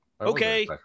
okay